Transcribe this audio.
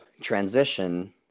transition